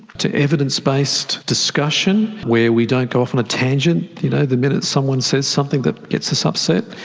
to evidence based discussion where we don't go off on a tangent you know the minute someone says something that gets us upset.